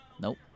Nope